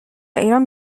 ایران